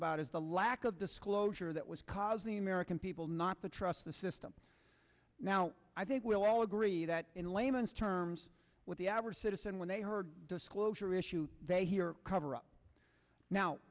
about is the lack of disclosure that was causing the american people not to trust the system now i think we'll all agree that in layman's terms what the average citizen when they heard disclosure issue they hear cover up now